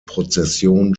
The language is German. prozession